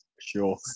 sure